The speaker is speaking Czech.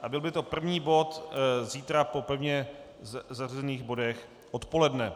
A byl by to první bod zítra po pevně zařazených bodech odpoledne.